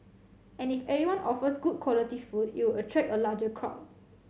and if everyone offers good quality food it'll attract a larger crowd